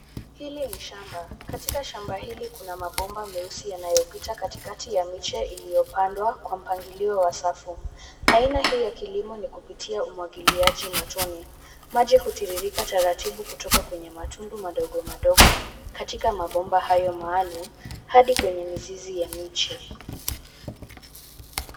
Hili ni shamba. Katika shamba hili kuna mabomba meusi yanayopita katikati ya miche iliyopandwa kwa mpangilio wa safu. Aina hii ya kilimo ni kupitia umwagiliaji matone. Maji hutiririka taratibu kutoka kwenye matundu madogo madogo, katika mabomba hayo maalumu, hadi kwenye mizizi ya miche.